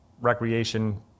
recreation